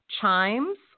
chimes